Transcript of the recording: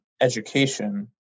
education